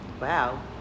Wow